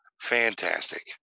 fantastic